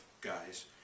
guys